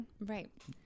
Right